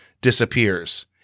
disappears